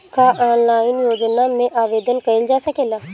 का ऑनलाइन योजना में आवेदन कईल जा सकेला?